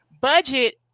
budget